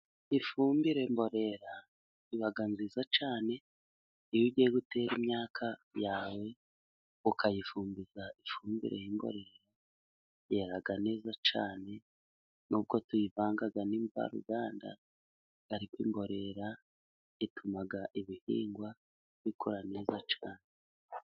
Ifumbire mborera iba nziza cyane ,iyo ugiye gutera imyaka yawe ukayifumbiza ifumbire y'imborera yera neza cyane ,n'uko tuyivanga n'imvaruganda, ariko imborera ituma ibihingwa bikora neza cyane